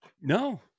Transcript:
no